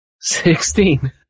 Sixteen